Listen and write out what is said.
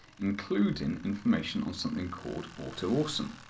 including information on something called auto-awesome,